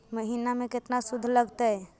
महिना में केतना शुद्ध लगतै?